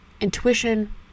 Intuition